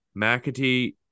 McAtee